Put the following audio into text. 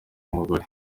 mugore